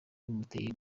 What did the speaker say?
bimuteye